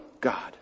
God